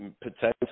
potentially